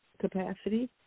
capacity